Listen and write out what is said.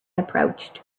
approached